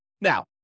Now